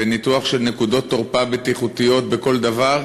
ניתוח של נקודות תורפה בטיחותיות בכל דבר,